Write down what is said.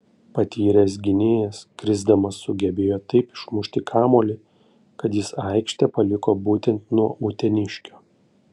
patyręs gynėjas krisdamas sugebėjo taip išmušti kamuolį kad jis aikštę paliko būtent nuo uteniškio